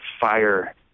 fire